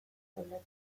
taulatxoak